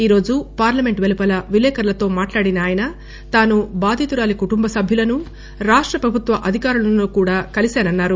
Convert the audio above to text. ఈరోజు పార్లమెంట్ పెలుపల విలేకరులతో మాట్లాడిన ఆయన తాను బాధితురాలి కుటుంట సభ్యులను రాష్టప్రభుత్వ అధికారులను కూడా కలిశానన్నారు